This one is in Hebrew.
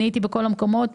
אני הייתי בכל המקומות,